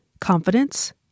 confidence